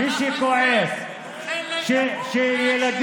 מי שכועס שילדים,